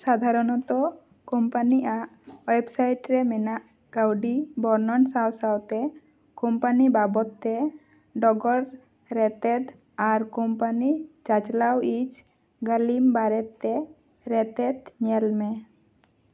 ᱥᱟᱫᱷᱟᱨᱚᱱᱚᱛᱚ ᱠᱳᱢᱯᱟᱱᱤᱭᱟᱜ ᱳᱭᱮᱵᱽᱥᱟᱭᱤᱴ ᱨᱮ ᱢᱮᱱᱟᱜ ᱠᱟᱹᱣᱰᱤ ᱵᱚᱨᱱᱚᱱ ᱥᱟᱶᱼᱥᱟᱶᱛᱮ ᱠᱳᱢᱯᱟᱱᱤ ᱵᱟᱵᱚᱫ ᱛᱮ ᱰᱚᱜᱚᱨ ᱨᱮᱛᱮᱫ ᱟᱨ ᱠᱳᱢᱯᱟᱱᱤ ᱪᱟᱪᱞᱟᱣᱤᱡ ᱜᱟᱹᱞᱤᱢ ᱵᱟᱨᱮᱛᱮ ᱨᱮᱛᱮᱫ ᱧᱮᱞᱢᱮ